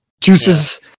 juices